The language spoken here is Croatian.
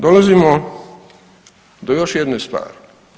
Dolazimo do još jedne stvari.